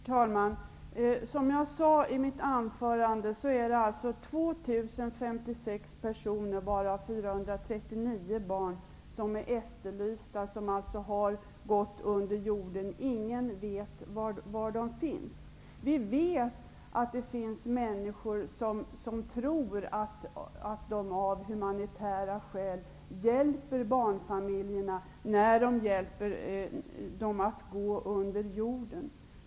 Herr talman! Som jag sade i mitt anförande är det 2 056 personer, varav 239 barn, som är efterlysta och som har gått under jorden. Ingen vet var de finns. Vi vet att det finns människor som tror att de av humanitära skäl hjälper barnfamiljerna när de medverkar till att familjerna går under jorden.